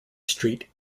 street